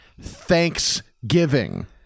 Thanksgiving